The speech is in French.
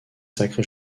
sacré